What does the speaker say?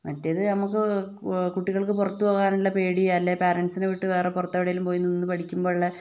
മറ്റേത് നമുക്ക് കുട്ടികൾക്ക് പുറത്ത് പോകാനുള്ള പേടി അല്ലെങ്കിൽ പാരന്റ്സിന് വീട്ടുകാർക്ക് പുറത്തെവിടെയെങ്കിലും പോയി നിന്ന് പഠിക്കുമ്പോൾ ഉള്ള